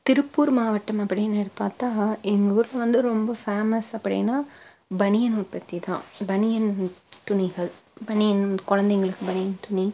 திருப்பூர் மாவட்டம் அப்படின்னு பார்த்தா எங்கள் ஊர் வந்து ரொம்ப ஃபேமஸ் அப்படின்னா பனியன் உற்பத்தி தான் பனியன் துணிகள் பனியன் குழந்தைங்களுக்கு பனியன் துணி